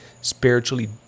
spiritually